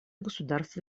государства